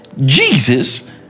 Jesus